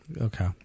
Okay